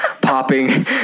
popping